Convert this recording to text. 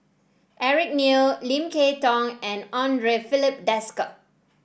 Eric Neo Lim Kay Tong and Andre Filipe Desker